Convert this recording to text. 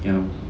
ya